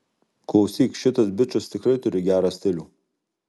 klausyk šitas bičas tikrai turi gerą stilių